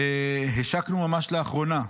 השקנו ממש לאחרונה,